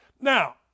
Now